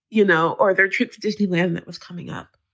you know, or their trips to disneyland. it was coming up,